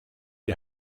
die